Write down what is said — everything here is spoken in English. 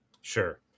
Sure